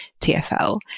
TFL